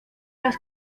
las